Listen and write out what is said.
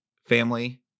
family